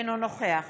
אינו נוכח